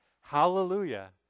hallelujah